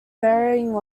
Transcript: varying